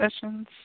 sessions